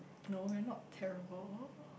no we are not terrible